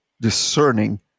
discerning